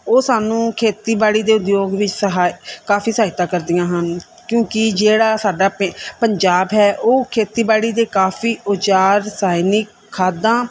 ਉਹ ਸਾਨੂੰ ਖੇਤੀਬਾੜੀ ਦੇ ਉਦਯੋਗ ਵਿੱਚ ਸਹਾਈ ਕਾਫੀ ਸਹਾਇਤਾ ਕਰਦੀਆਂ ਹਨ ਕਿਉਂਕਿ ਜਿਹੜਾ ਸਾਡਾ ਪੰ ਪੰਜਾਬ ਹੈ ਉਹ ਖੇਤੀਬਾੜੀ ਦੇ ਕਾਫੀ ਉਚਾਰ ਸੈਨਿਕ ਖਾਦਾਂ